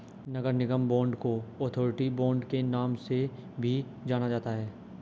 नगर निगम बांड को authority bond के नाम से भी जाना जाता है